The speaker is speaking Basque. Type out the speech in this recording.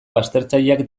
baztertzaileak